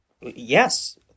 Yes